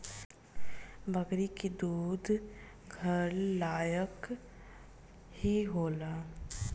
बकरी के दूध घर लायक ही होला